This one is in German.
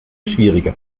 schwieriger